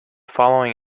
following